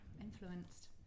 influenced